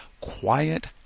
quiet